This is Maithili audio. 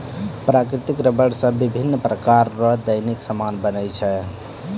प्राकृतिक रबर से बिभिन्य प्रकार रो दैनिक समान बनै छै